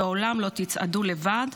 לעולם לא תצעדו לבד.